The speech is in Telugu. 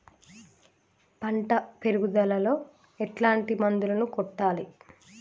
పంట పెరుగుదలలో ఎట్లాంటి మందులను కొట్టాలి?